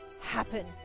happen